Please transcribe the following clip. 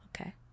Okay